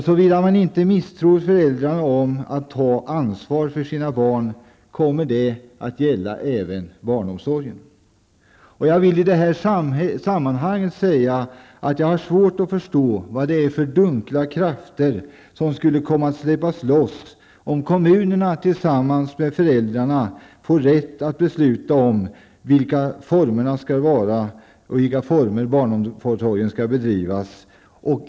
Såvida man inte misstror föräldrarna om att ta ansvar för sina barn kommer det att gälla även barnomsorgen. Jag vill i det här sammanhanget säga att jag har svårt att förstå vad det är för dunkla krafter som skulle komma att släppas loss om kommunerna tillsammans med föräldrarna -- och inte vi här i riksdagen -- fick rätt att besluta om i vilka former barnomsorgen skall bedrivas.